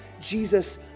Jesus